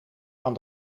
aan